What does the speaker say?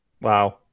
Wow